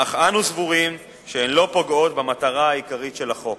אך אנו סבורים שהן לא פוגעות במטרה העיקרית של החוק.